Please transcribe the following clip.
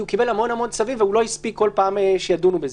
כי הוא קיבל המון-המון צווים והוא לא הספיק כל פעם שידונו בזה.